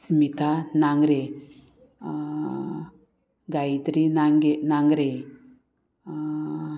Smita Nangare Gayatri Nange Nangre